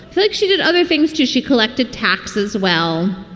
think she did other things, too. she collected taxes. well,